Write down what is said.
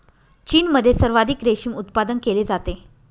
चीनमध्ये सर्वाधिक रेशीम उत्पादन केले जाते